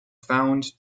found